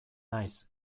nahiz